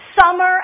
summer